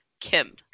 Kim